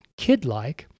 kidlike